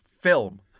film